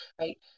right